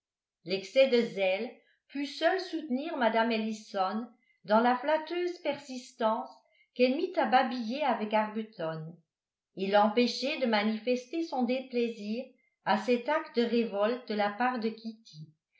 l'excès de zèle put seul soutenir mme ellison dans la flatteuse persistance qu'elle mit à babiller avec arbuton et l'empêcher de manifester son déplaisir à cet acte de révolte de la part de kitty